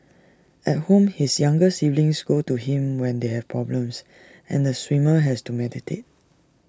at home his younger siblings go to him when they have problems and the swimmer has to mediate